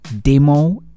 demo